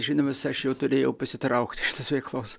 žinomas aš jau turėjau pasitraukt iš tos veiklos